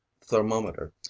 thermometer